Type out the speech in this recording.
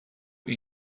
این